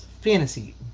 Fantasy